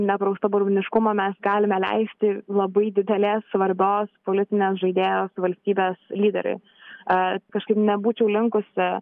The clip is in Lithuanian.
sakykim nepraustaburniškumo mes galime leisti labai didelės svarbios politinės žaidėjos valstybės lyderiui a kažkaip nebūčiau linkusi